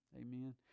amen